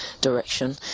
direction